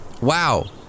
Wow